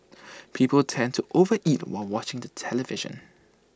people tend to over eat while watching the television